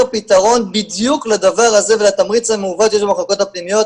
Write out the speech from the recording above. פתרון בדיוק לדבר הזה ולתמריץ המעוות שיש למחלקות הפנימיות.